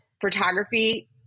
Photography